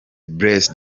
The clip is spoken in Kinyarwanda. blessed